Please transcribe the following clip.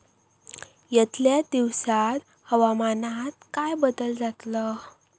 यतल्या दिवसात हवामानात काय बदल जातलो?